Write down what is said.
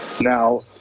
Now